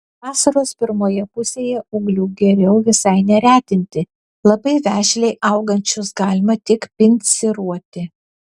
vasaros pirmoje pusėje ūglių geriau visai neretinti labai vešliai augančius galima tik pinciruoti